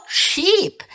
sheep